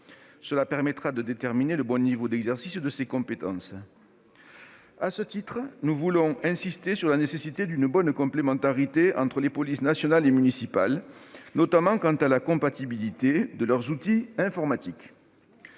Elle permettra de déterminer le bon niveau d'exercice de ces compétences. À ce titre, nous insistons sur la nécessité d'une bonne complémentarité entre les polices nationale et municipale, notamment l'indispensable compatibilité entre leurs outils informatiques.